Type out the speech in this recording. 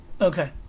Okay